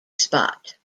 spot